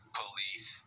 police